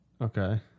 Okay